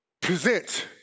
present